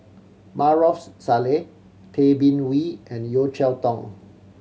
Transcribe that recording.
Maarof Salleh Tay Bin Wee and Yeo Cheow Tong